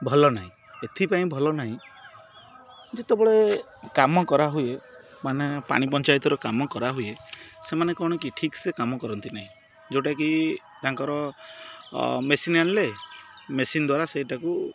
ଭଲ ନାହିଁ ଏଥିପାଇଁ ଭଲ ନାହିଁ ଯେତେବେଳେ କାମ କରାହୁଏ ମାନେ ପାଣି ପଞ୍ଚାୟତର କାମ କରାହୁଏ ସେମାନେ କ'ଣ କି ଠିକ୍ସେ କାମ କରନ୍ତି ନାହିଁ ଯେଉଁଟାକି ତାଙ୍କର ମେସିନ୍ ଆଣିଲେ ମେସିନ୍ ଦ୍ୱାରା ସେଇଟାକୁ